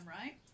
right